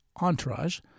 entourage